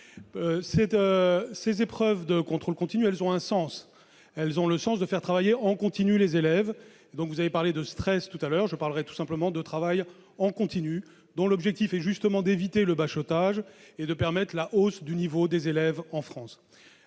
Ces épreuves de contrôle continu ont un sens : celui de faire travailler en continu les élèves. Vous avez parlé de « stress »; je parlerai pour ma part, tout simplement, de travail en continu, dont l'objectif est justement d'éviter le bachotage et de permettre la hausse du niveau des élèves en France.